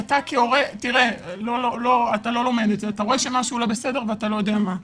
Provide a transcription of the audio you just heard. אתה רואה שמשהו שלא בסדר ואתה לא יודע מה.